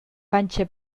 panxa